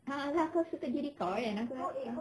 a'ah lah kau suka diri kau kan aku